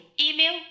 Email